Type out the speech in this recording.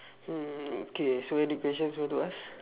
mm okay so any questions you want to ask